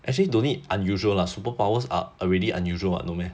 actually don't need unusual lah superpowers are already unusual [what] no meh